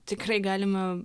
tikrai galima